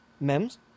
Mems